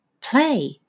Play